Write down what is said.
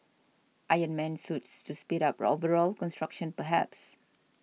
Iron Man Suits to speed up overall construction perhaps